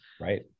Right